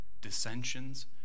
dissensions